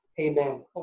Amen